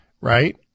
right